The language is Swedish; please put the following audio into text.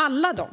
Alla